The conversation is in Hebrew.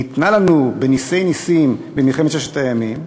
שניתנה לנו בנסי-נסים במלחמת ששת הימים?